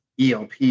ELP